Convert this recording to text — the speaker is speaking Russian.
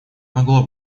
могло